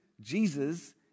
Jesus